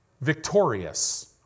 victorious